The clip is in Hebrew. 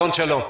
אלון שלום.